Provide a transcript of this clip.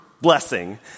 blessing